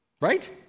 Right